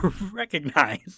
recognize